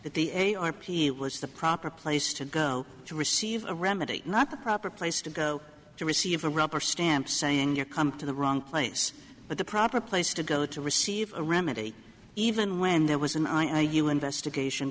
that the a a r p was the proper place to go to receive a remedy not the proper place to go to receive a rubberstamp saying you're come to the wrong place but the proper place to go to receive a remedy even when there was an iou invest